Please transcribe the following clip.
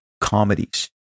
comedies